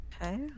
Okay